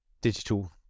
digital